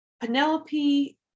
Penelope